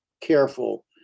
careful